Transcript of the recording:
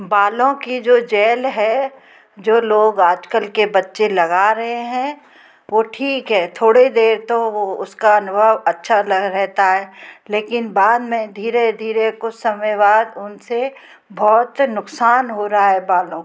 बालों का जो जेल है जो लोग आज कल के बच्चे लगा रहे हैं वो ठीक है थाेड़े देर तो वो उसका अनुभव अच्छा रहता है लेकिन बाद में धीरे धीरे कुछ समय बाद उन से बहुत से नुक़सान हो रहा है बालों को